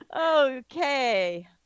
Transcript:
Okay